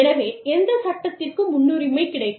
எனவே எந்த சட்டத்திற்கு முன்னுரிமை கிடைக்கும்